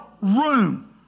room